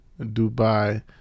Dubai